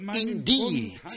indeed